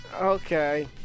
Okay